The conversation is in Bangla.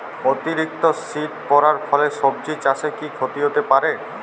অতিরিক্ত শীত পরার ফলে সবজি চাষে কি ক্ষতি হতে পারে?